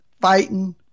fighting